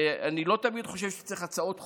אני לא חושב שצריך תמיד הצעות חוק,